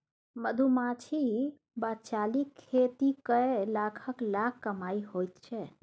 मधुमाछी वा चालीक खेती कए लाखक लाख कमाई होइत छै